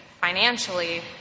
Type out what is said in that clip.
financially